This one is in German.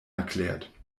erklärt